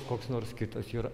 koks nors kitas yra